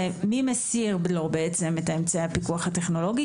זה מי מסיר לו בעצם את אמצעי הפיקוח הטכנולוגי,